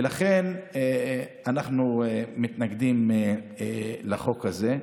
ולכן, אנחנו מתנגדים לחוק הזה.